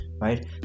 right